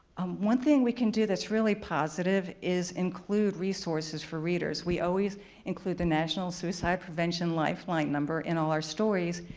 um one thing we can do that's really positive is include resources for readers. we always include the national suicide prevention lifeline number in all our stories,